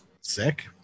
sick